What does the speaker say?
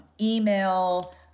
email